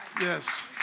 Yes